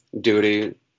duty